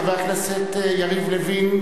חבר הכנסת יריב לוין,